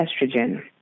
estrogen